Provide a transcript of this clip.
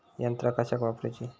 यंत्रा कशाक वापुरूची?